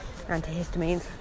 antihistamines